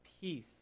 peace